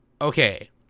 okay